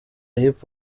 hip